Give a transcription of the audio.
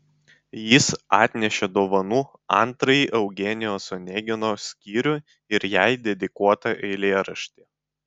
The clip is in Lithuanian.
jis atnešė dovanų antrąjį eugenijaus onegino skyrių ir jai dedikuotą eilėraštį